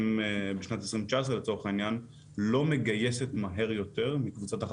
לא מגייסת מהר יותר מקבוצת החברות שהוקמה בשנת 2014 או ב-2015.